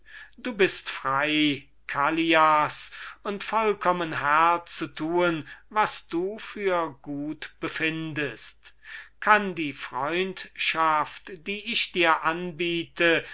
du bist frei callias und vollkommen meister zu tun was du für gut befindest kann die freundschaft die ich dir anbiete